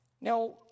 Now